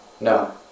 No